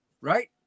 right